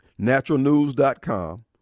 Naturalnews.com